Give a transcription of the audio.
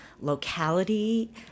locality